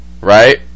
right